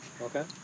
Okay